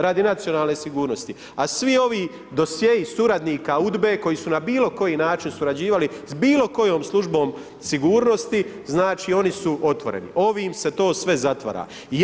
Radio nacionalne sigurnosti a svi ovi dosjei suradnika UDBA-e koji su na bilokoji način surađivali s bilo kojom službom sigurnosti, oni su otvoreni, ovim se to sve zatvara.